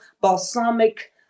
balsamic